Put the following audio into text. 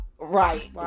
Right